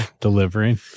Delivering